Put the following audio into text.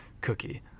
cookie